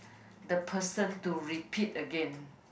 the person to repeat again